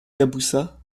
caboussat